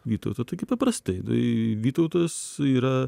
vytautą taigi paprastai tai vytautas yra